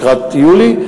לקראת יולי,